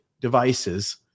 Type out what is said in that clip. devices